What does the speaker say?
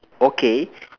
okay